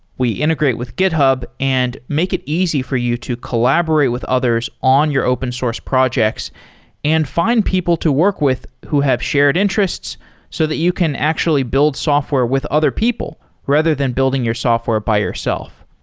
we integrate with github and make it easy for you to collaborate with others on your open source projects and find people to work with who have shared interests so that you can actually build software with other people rather than building your software by yourself.